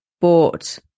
bought